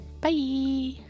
Bye